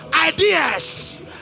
Ideas